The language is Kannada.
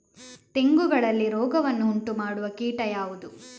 ತೆಂಗುಗಳಲ್ಲಿ ರೋಗವನ್ನು ಉಂಟುಮಾಡುವ ಕೀಟ ಯಾವುದು?